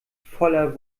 voller